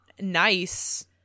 nice